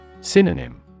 Synonym